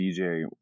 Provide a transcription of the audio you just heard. DJ